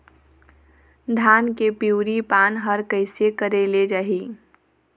धान के पिवरी पान हर कइसे करेले जाही?